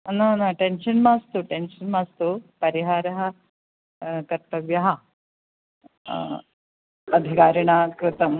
न न टेन्शन् मास्तु टेन्शन् मास्तु परिहारः कर्तव्यः ह अधिकारिणा कृतम्